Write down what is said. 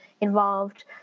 involved